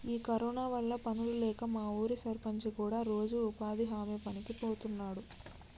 ఈ కరోనా వల్ల పనులు లేక మా ఊరి సర్పంచి కూడా రోజు ఉపాధి హామీ పనికి బోతున్నాడు